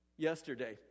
yesterday